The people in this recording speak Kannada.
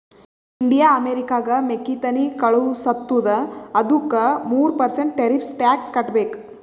ಇಂಡಿಯಾ ಅಮೆರಿಕಾಗ್ ಮೆಕ್ಕಿತೆನ್ನಿ ಕಳುಸತ್ತುದ ಅದ್ದುಕ ಮೂರ ಪರ್ಸೆಂಟ್ ಟೆರಿಫ್ಸ್ ಟ್ಯಾಕ್ಸ್ ಕಟ್ಟಬೇಕ್